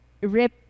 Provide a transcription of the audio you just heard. rip